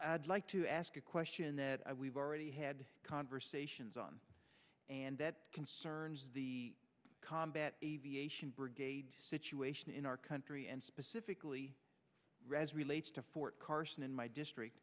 like to ask a question that we've already had conversations on and that concerns the combat aviation brigade situation in our country and specifically rez relates to fort carson in my district